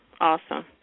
Awesome